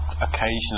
occasionally